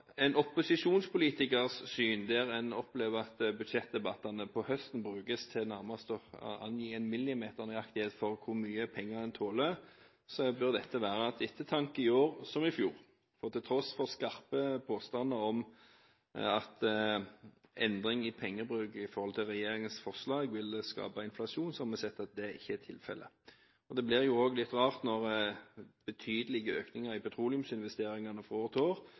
en opposisjonspolitikers syn, der en opplever at budsjettdebattene om høsten brukes til nærmest å angi millimeternøyaktig hvor mye penger en tåler, bør dette være til ettertanke – i år som i fjor. Til tross for skarpe påstander om at endring i pengebruk i forhold til regjeringens forslag vil skape inflasjon, har vi sett at det ikke er tilfelle. Det blir også litt rart når betydelige økninger i petroleumsinvesteringene fra år til år